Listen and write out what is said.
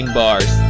bars